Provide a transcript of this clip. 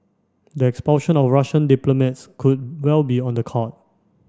the expulsion of Russian diplomats could well be on the card